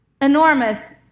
enormous